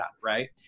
Right